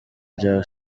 bya